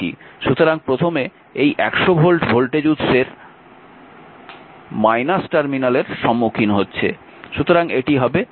সুতরাং প্রথমে এই 100 ভোল্ট ভোল্টেজ উৎসের টার্মিনালের সম্মুখীন হচ্ছে